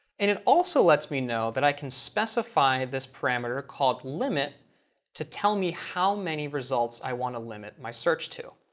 and it also lets me know that i can specify this parameter called limit to tell me how many results i want to limit my search to.